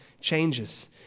changes